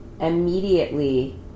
Immediately